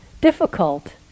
difficult